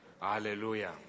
Hallelujah